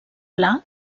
pla